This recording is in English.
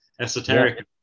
Esoteric